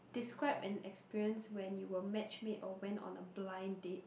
describe an experience when you were match made or went on a blind date